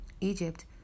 Egypt